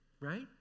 right